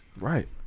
Right